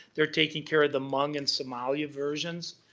they're taking care of the hmong and somalia versions.